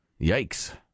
Yikes